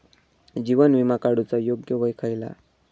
जीवन विमा काडूचा योग्य वय खयला?